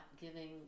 giving